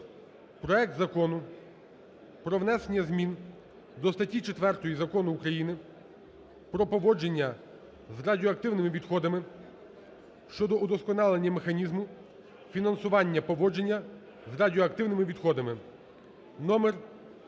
проект Закону про внесення змін до статті 4 Закону України "Про поводження з радіоактивними відходами" щодо удосконалення механізму фінансування поводження з радіоактивними відходами (номер